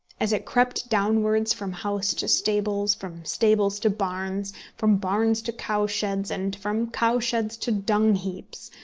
as it crept downwards from house to stables, from stables to barns, from barns to cowsheds, and from cowsheds to dung-heaps,